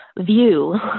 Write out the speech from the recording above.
view